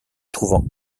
trouvant